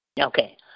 Okay